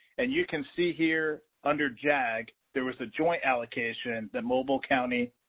and you can see here under jag, there was a joint allocation that mobile county,